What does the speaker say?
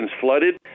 flooded